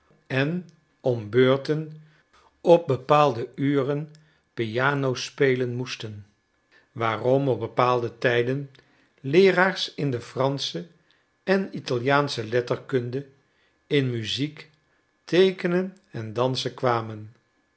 en om beurten op bepaalde uren piano spelen moesten waarom op bepaalde tijden leeraars in de fransche en italiaansche letterkunde in muziek teekenen en dansen kwamen